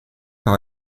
par